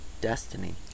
destiny